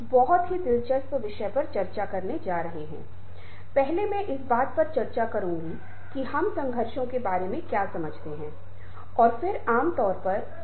और हम कार्यस्थल पर नरम कौशल को लागू करने के बारेमे व्यवहार करेंगे